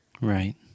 Right